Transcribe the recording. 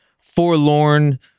Forlorn